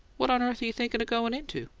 what on earth you thinkin' of goin' into?